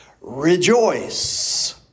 rejoice